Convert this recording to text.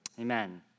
amen